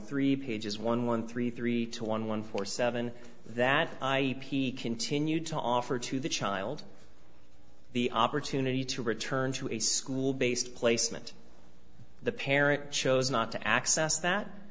three pages one one three three two one one four seven that i continue to offer to the child the opportunity to return to a school based placement the parents chose not to access that